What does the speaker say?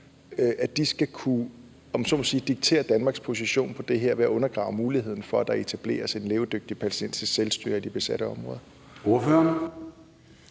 man så må sige, diktere Danmarks position på det her område ved at undergrave muligheden for, at der etableres et levedygtigt palæstinensisk selvstyre i de besatte områder?